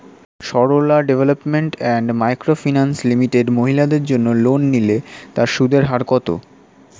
Sarala development and microfinance limited মহিলাদের জন্য loan নিলে তার সুদের হার কত?